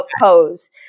pose